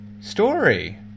story